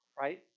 right